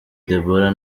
deborah